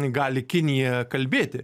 gali kinija kalbėti